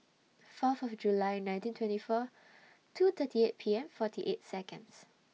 Fourth of July nineteen twenty four two thirty eight P M forty eight Seconds